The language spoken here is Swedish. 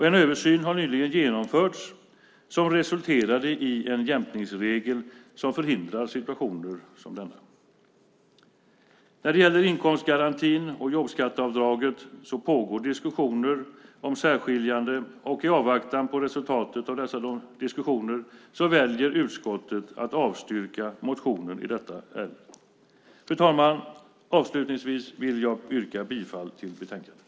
En översyn har nyligen genomförts som resulterade i en jämkningsregel som förhindrar situationer som denna. När det gäller inkomstgarantin och jobbskatteavdraget pågår diskussioner om särskiljande. I avvaktan på resultatet av dessa diskussioner väljer utskottet att avstyrka motionen i detta ärende. Fru talman! Avslutningsvis yrkar jag bifall till utskottets förslag i betänkandet.